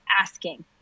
asking